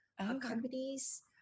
companies